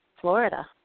Florida